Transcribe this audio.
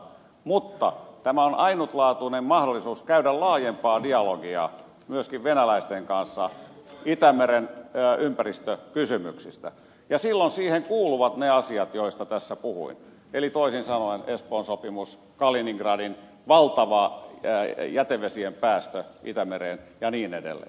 mutta tämä on ainutlaatuinen mahdollisuus käydä laajempaa dialogia myöskin venäläisten kanssa itämeren ympäristökysymyksistä ja silloin siihen kuuluvat ne asiat joista tässä puhuin eli toisin sanoen espoon sopimus kaliningradin valtava jätevesien päästö itämereen ja niin edelleen